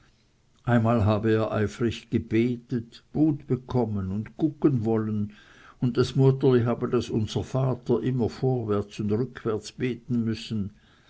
einmal habe er eifrig gebetet mut bekommen und guggen wollen und das muetterli habe das unservater immer vorwärts und rückwärts beten müssen